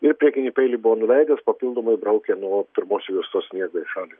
ir priekinį peilį buvo nuleidęs papildomai braukė nuo pirmos juostos sniegą į šalį